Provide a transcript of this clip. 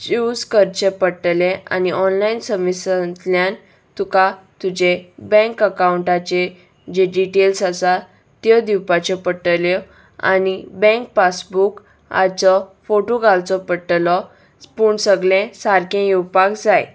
choose करचे पडटलें आनी ऑनलायन समिसांतल्यान तुका तुजे बँक अकवंटाचे जे डिटेल्स आसा त्यो दिवपाच्यो पडटल्यो आनी बँक पासबूक हाचो फोटो घालचो पडटलो पूण सगळें सारकें येवपाक जाय